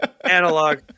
analog